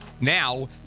Now